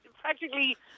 practically